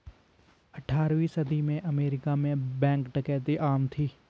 अठारहवीं सदी के अमेरिका में बैंक डकैती आम थी